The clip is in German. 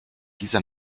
dieser